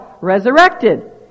resurrected